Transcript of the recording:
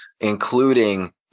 including